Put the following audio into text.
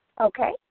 Okay